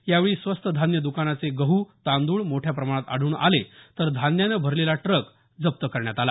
यावेळी स्वस्त धान्य दुकानाचे गहू तांदूळ मोठ्या प्रमाणात आढळून आले तर धान्याने भरलेला टक जप्त करण्यात आलं